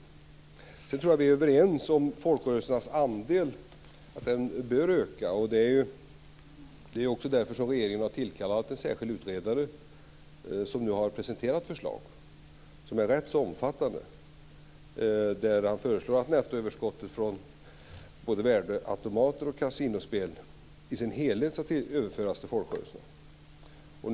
Sedan tror jag att vi är överens om att folkrörelsernas andel bör öka. Det är också därför som regeringen har tillkallat en särskild utredare som nu har presenterat rätt så omfattande förslag. Han föreslår att nettoöverskottet från både värdeautomater och kasinospel i dess helhet ska överföras till folkrörelserna.